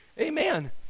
Amen